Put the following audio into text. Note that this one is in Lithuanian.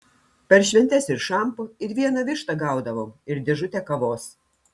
per šventes ir šampo ir vieną vištą gaudavom ir dėžutę kavos